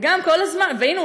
והנה,